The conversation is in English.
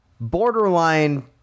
borderline